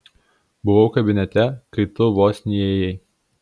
buvau kabinete kai tu vos neįėjai